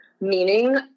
meaning